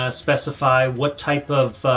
ah specify what type of,